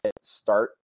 start